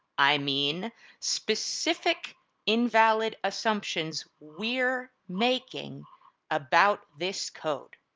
i mean specific invalid assumptions we're making about this code.